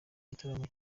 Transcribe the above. gitaramo